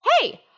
hey